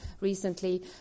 recently